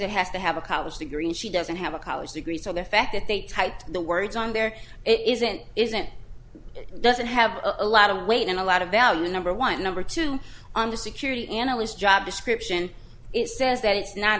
it has to have a college degree and she doesn't have a college degree so the the fact that they typed the words on there it isn't isn't it doesn't have a lot of weight and a lot of value in number one number two on the security analyst job description it says that it's not